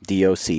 DOC